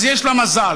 אז יש לה מזל.